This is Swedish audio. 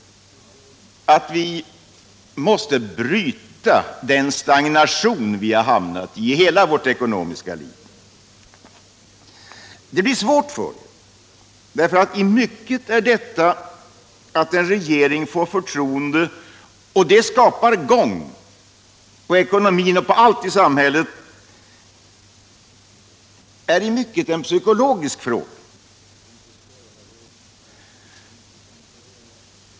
Vi måste bryta den stagnation som hela vårt ekonomiska liv har hamnat i. Det blir svårt. Därför att förtroende för en regeringen — vilket ger förutsättningar att få gång på ckonomin och allt i sam hället — är i mycket en psykologisk fråga.